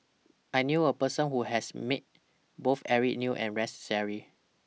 I knew A Person Who has Met Both Eric Neo and Rex Shelley